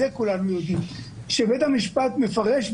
בית המשפט מפרש,